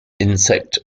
insect